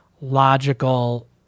logical